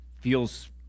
feels